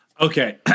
Okay